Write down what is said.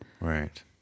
Right